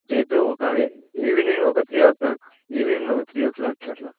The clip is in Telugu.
త్రీ టూ ఒక ఈవెనింగ్ ఒక త్రీ ఓ క్లాక్ ఈవెనింగ్ ఒక త్రీ ఓ క్లాక్కి అలా